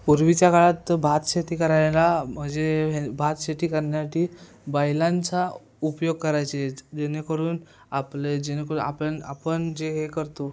पूर्वीच्या काळात भातशेती करायला म्हणजे हे भातशेती करण्यासाठी बैलांचा उपयोग करायचेत जेणेकरून आपले जेणेकरून आपण आपण जे हे करतो